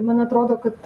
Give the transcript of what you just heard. man atrodo kad